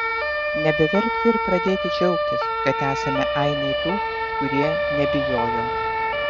nebeverkti ir pradėti džiaugtis kad esame ainiai tų kurie nebijojo